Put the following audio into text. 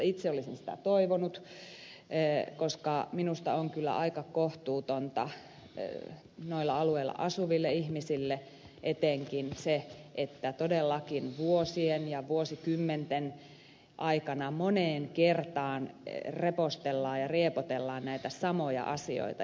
itse olisin sitä toivonut koska minusta on kyllä aika kohtuutonta noilla alueilla asuville ihmisille etenkin se että todellakin vuosien ja vuosikymmenten aikana moneen kertaan repostellaan ja riepotellaan näitä samoja asioita